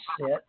sit